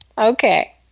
Okay